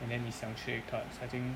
and then 你想吃 egg tarts I think